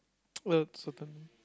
certain